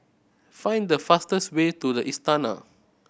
find the fastest way to The Istana